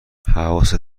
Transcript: حواست